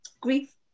grief